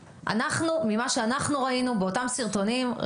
ממה שאנחנו ראינו באותם סרטונים,